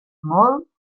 molt